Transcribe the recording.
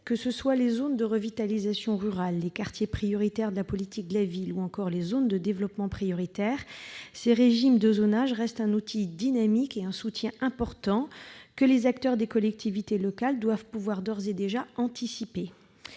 que ce soient les zones de revitalisation rurale, les quartiers prioritaires de la politique de la ville ou encore les zones de développement prioritaire, ces régimes de zonage restent un outil dynamique et un soutien important que les acteurs des collectivités locales doivent pouvoir d'ores et déjà anticiper.